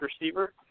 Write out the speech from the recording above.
receiver